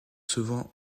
souvent